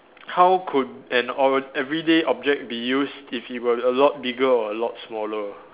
how could an all everyday object be used if it were a lot bigger or a lot smaller